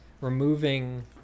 removing